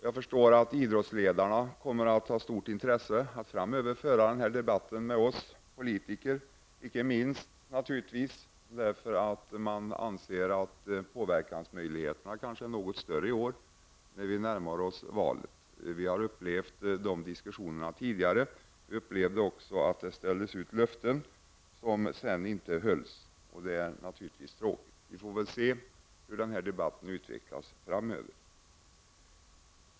Jag förstår att idrottsledarna framöver kommer att ha ett stort intresse av att föra den här debatten med oss politiker, inte minst därför att man anser att påverkansmöjligheterna kanske är något större i år när vi närmar oss ett val. Vi har upplevt dessa diskussioner tidigare. Det har ställts ut löften som sedan inte hölls, och det är naturligtvis tråkigt. Vi får väl se hur den här debatten kommer att utvecklas framöver.